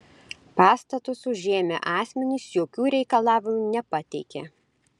pastatus užėmę asmenys jokių reikalavimų nepateikė